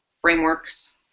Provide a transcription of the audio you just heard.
frameworks